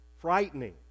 frightening